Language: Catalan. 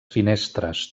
finestres